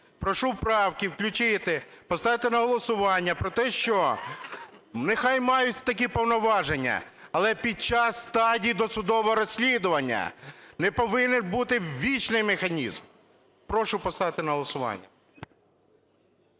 Прошу правки включити, поставити на голосування про те, що нехай мають такі повноваження, але під час стадії досудового розслідування не повинен бути вічний механізм. Прошу поставити на голосування.